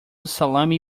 salami